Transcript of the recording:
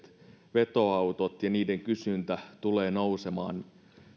vetoautojen kysyntä tulee nousemaan